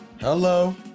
hello